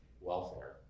welfare